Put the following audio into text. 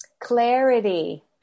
Clarity